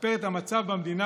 לשפר את המצב במדינה,